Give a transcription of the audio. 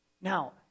Now